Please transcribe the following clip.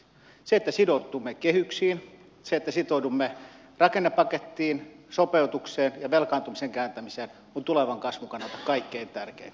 se että sitoudumme kehyksiin se että sitoudumme rakennepakettiin sopeutukseen ja velkaantumisen kääntämiseen on tulevan kasvun kannalta kaikkein tärkein kysymys